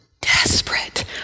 desperate